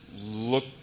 look